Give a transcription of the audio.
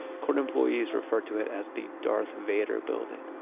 court employees refer to it as the darth vader building.